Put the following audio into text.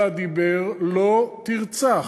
על הדיבר "לא תרצח".